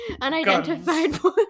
unidentified